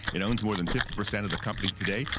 it owns more than fifty percent of the company today.